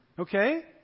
Okay